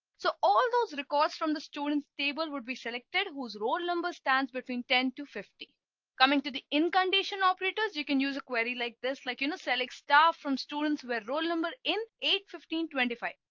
so all those records from the students table would be selected whose role number stands between ten to fifty coming to the in condition operators. you can use a query like this like, you know, select so like star from students were roll number in eight fifteen twenty five.